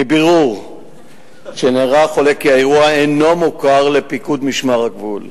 מבירור שנערך עולה כי האירוע אינו מוכר לפיקוד מג"ב.